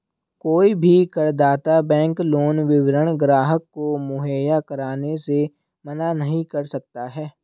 कोई भी करदाता बैंक लोन विवरण ग्राहक को मुहैया कराने से मना नहीं कर सकता है